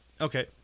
Okay